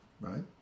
right